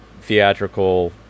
theatrical